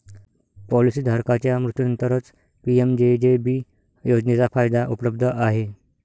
policy धारकाच्या मृत्यूनंतरच PMJJB योजनेचा फायदा उपलब्ध आहे